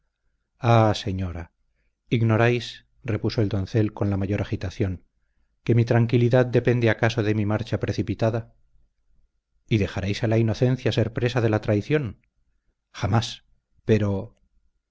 ah señora ignoráis repuso el doncel con la mayor agitación que mi tranquilidad depende acaso de mi marcha precipitada y dejaréis a la inocencia ser presa de la traición jamás pero